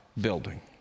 building